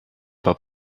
pas